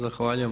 Zahvaljujem.